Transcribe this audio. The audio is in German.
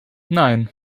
nein